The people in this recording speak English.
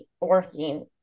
working